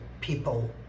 people